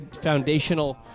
foundational